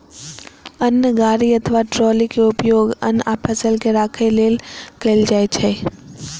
अन्न गाड़ी अथवा ट्रॉली के उपयोग अन्न आ फसल के राखै लेल कैल जाइ छै